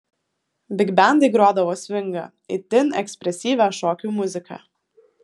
bigbendai grodavo svingą itin ekspresyvią šokių muziką